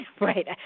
right